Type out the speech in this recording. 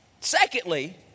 Secondly